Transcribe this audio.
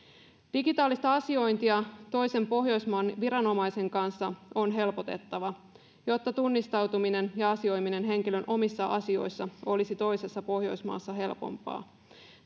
digitaalista asiointia toisen pohjoismaan viranomaisen kanssa on helpotettava jotta tunnistautuminen ja asioiminen henkilön omissa asioissa olisi toisessa pohjoismaassa helpompaa